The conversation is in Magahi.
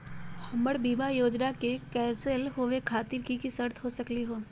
हमर बीमा योजना के कैन्सल होवे खातिर कि कि शर्त हो सकली हो?